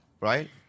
right